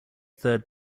third